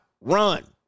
Run